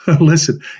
listen